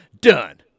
done